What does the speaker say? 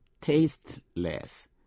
tasteless